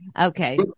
Okay